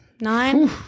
Nine